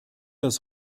das